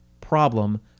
problem